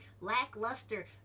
lackluster